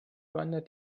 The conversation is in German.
wandert